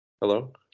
Hello